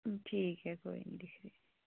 ठीक ऐ कोई नीं दिखगे